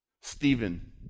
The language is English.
Stephen